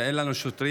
ואין לנו שוטרים,